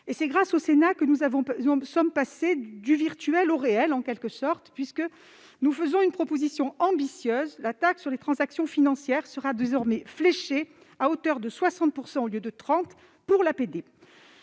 C'est grâce au Sénat que nous sommes passés du virtuel au réel, avec une proposition ambitieuse : la taxe sur les transactions financières sera désormais fléchée à hauteur de 60 %, au lieu de 30 %, pour l'APD.